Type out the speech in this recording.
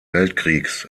weltkriegs